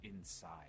inside